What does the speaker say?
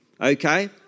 Okay